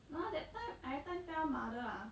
nor that time I everytime tell mother ah